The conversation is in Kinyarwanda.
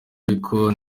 ariko